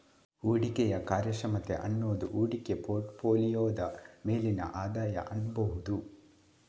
ಹೂಡಿಕೆಯ ಕಾರ್ಯಕ್ಷಮತೆ ಅನ್ನುದು ಹೂಡಿಕೆ ಪೋರ್ಟ್ ಫೋಲಿಯೋದ ಮೇಲಿನ ಆದಾಯ ಅನ್ಬಹುದು